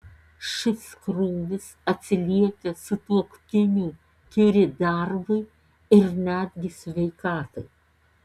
šis krūvis atsiliepia sutuoktinių kiuri darbui ir netgi sveikatai